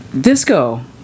Disco